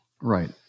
Right